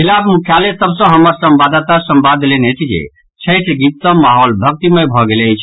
जिला मुख्यालय सभ सँ हमर संवाददाता संवाद देलनि अछि जे छठि गीत सँ माहौल भक्तिमय भऽ गेल अछि